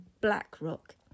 Blackrock